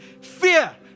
fear